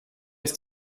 ist